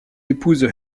épouse